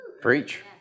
Preach